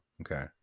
Okay